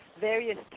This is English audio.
various